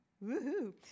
Woo-hoo